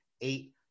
eight